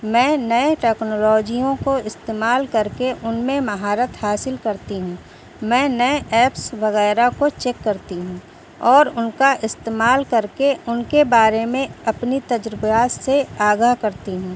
میں نئے ٹیکنالوجیوں کو استعمال کر کے ان میں مہارت حاصل کرتی ہوں میں نئے ایپس وغیرہ کو چیک کرتی ہوں اور ان کا استعمال کر کے ان کے بارے میں اپنی تجربات سے آگاہ کرتی ہوں